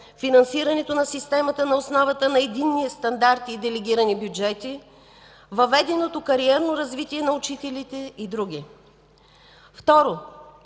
финансирането на системата на основата на единния стандарт и делегирани бюджети, въведеното кариерно развитие на учителите и други. Второ,